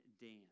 dance